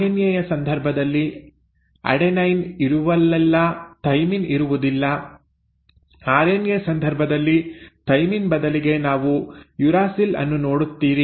RNA ಯ ಸಂದರ್ಭದಲ್ಲಿ adenine ಇರುವಲ್ಲೆಲ್ಲಾ ಥೈಮಿನ್ ಇರುವುದಿಲ್ಲ ಆರ್ಎನ್ಎ ಸಂದರ್ಭದಲ್ಲಿ ಥೈಮಿನ್ ಬದಲಿಗೆ ನೀವು ಯುರಾಸಿಲ್ ಅನ್ನು ನೋಡುತ್ತೀರಿ